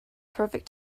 perfect